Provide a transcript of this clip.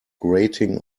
grating